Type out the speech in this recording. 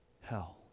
Hell